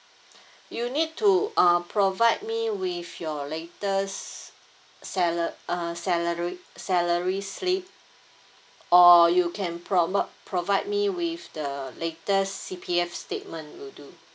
you need to uh provide me with your latest sala~ uh salary salary slip or you can provi~ provide me with the latest C_P_F statement will do